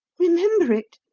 remember it?